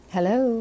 Hello